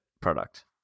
product